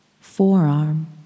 Forearm